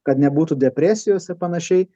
kad nebūtų depresijos ir panašiai